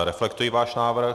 Reflektuji váš návrh.